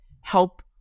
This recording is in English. help